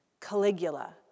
Caligula